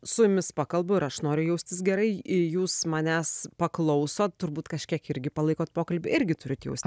su jumis pakalbu ir aš noriu jaustis gerai jūs manęs paklausot turbūt kažkiek irgi palaikot pokalbį irgi turit jaust